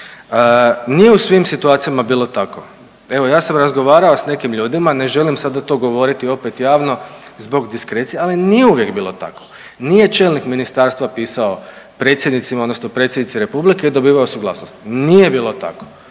nije u svim situacijama bilo tako. Evo ja sam razgovarao s nekim ljudima ne želim sada to govoriti opet javno zbog diskrecije, ali nije uvijek bilo tako. Nije čelnik ministarstva pisao predsjednicima odnosno predsjednici Republike i dobivao suglasnost, nije bilo tako.